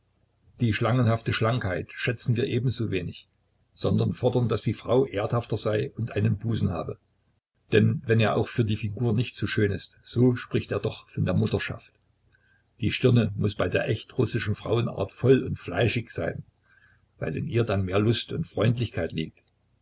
die schlangenhafte schlankheit schätzen wir ebenso wenig sondern fordern daß die frau erdhafter sei und einen busen habe denn wenn er auch für die figur nicht so schön ist so spricht er doch von der mutterschaft die stirne muß bei der echten russischen frauenart voll und fleischig sein weil in ihr dann mehr lust und freundlichkeit liegt